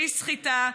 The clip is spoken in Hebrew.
כלי סחיטה,